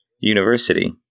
university